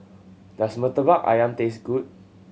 does Murtabak Ayam taste good